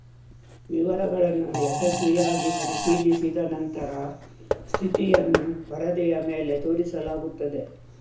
ವಿವರಗಳನ್ನು ಯಶಸ್ವಿಯಾಗಿ ಪರಿಶೀಲಿಸಿದ ನಂತರ ಸ್ಥಿತಿಯನ್ನು ಪರದೆಯ ಮೇಲೆ ತೋರಿಸಲಾಗುತ್ತದೆ